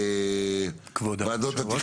כבוד היושב-ראש,